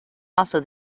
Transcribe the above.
also